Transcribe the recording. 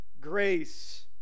grace